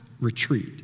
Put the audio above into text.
retreat